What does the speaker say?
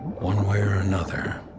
one way or another,